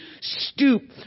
stoop